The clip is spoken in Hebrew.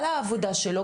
על העבודה שלו,